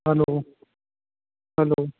hello hello